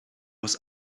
was